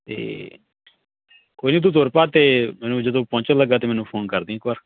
ਅਤੇ ਕੋਈ ਨਹੀਂ ਤੂੰ ਤੁਰ ਪਾ ਤੇ ਮੈਨੂੰ ਜਦੋਂ ਪਹੁੰਚਣ ਲੱਗਾ ਤਾਂ ਮੈਨੂੰ ਫੋਨ ਕਰ ਦੇਈਂ ਇੱਕ ਵਾਰ